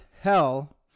hell